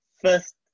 first